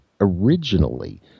originally